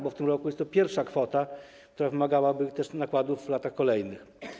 Bo w tym roku jest to pierwsza kwota, która wymagałaby też nakładów w latach kolejnych.